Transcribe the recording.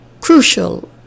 crucial